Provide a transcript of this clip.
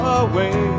away